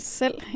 selv